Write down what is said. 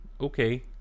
Okay